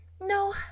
No